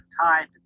time